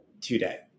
today